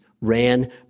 ran